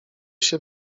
się